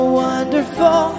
wonderful